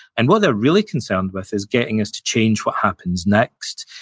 and what they're really concerned with is getting us to change what happens next,